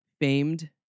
famed